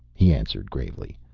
he answered gravely.